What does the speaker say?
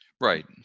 right